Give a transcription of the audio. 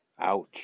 Ouch